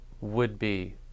would-be